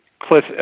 Cliff